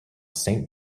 saint